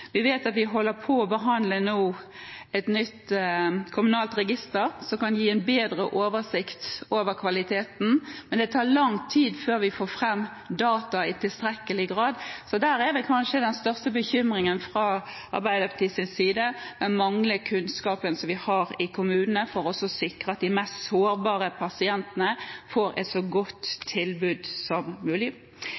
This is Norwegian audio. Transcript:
vi nå et nytt kommunalt register som kan gi en bedre oversikt over kvaliteten. Men det tar lang tid før vi får fram data i tilstrekkelig grad, så der er vel kanskje den største bekymringen fra Arbeiderpartiets side den manglende kunnskapen vi har i kommunene for å sikre at de mest sårbare pasientene får et så godt